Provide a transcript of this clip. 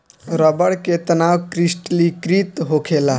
रबड़ के तनाव क्रिस्टलीकृत होखेला